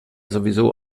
sowieso